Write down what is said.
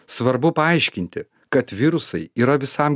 svarbu paaiškinti kad virusai yra visam